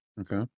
okay